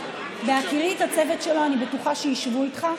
בהכירי את הצוות שלו, אני בטוחה שישבו איתך.